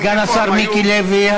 סגן השר מיקי לוי.